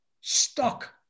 stuck